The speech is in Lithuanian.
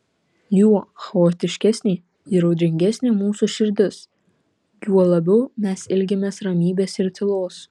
juo chaotiškesnė ir audringesnė mūsų širdis juo labiau mes ilgimės ramybės ir tylos